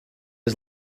his